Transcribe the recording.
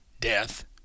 death